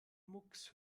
mucks